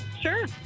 Sure